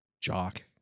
jock